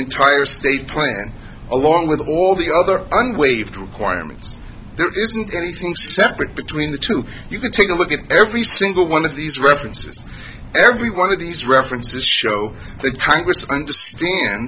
entire state plan along with all the other waived requirements there isn't anything separate between the two you can take a look at every single one of these references every one of these references show the congress understand